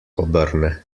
obrne